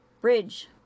Bridge